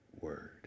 word